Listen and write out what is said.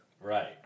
right